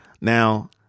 Now